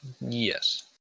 Yes